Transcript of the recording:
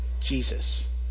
Jesus